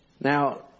Now